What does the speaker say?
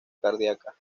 cardíaca